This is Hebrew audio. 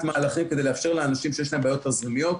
מהלכים כדי לאפשר לאנשים שיש להם בעיות תזרימיות.